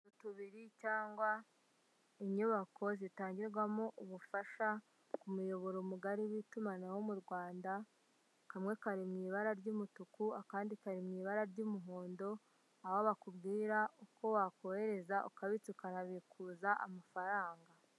Utuzu tubiri cyangwa inyubako zitangirwamo ubufasha ku muyoboro mugari w'itumanaho mu Rwanda, kamwe kari mu ibara ry'umutuku akandi kari mu ibara ry'umuhondo, aho bakubwira uko wakohereza ukabica ukanabikuza amafaranga.